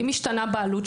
אם השתנתה הבעלות,